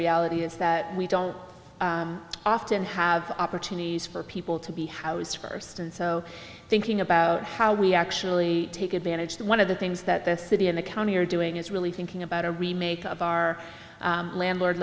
reality is that we don't often have opportunities for people to be housed first and so thinking about how we actually take advantage that one of the things that the city and the county are doing is really thinking about a remake of our landlord